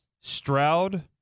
Stroud